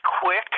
quick